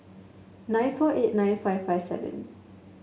nine four eight nine five five seven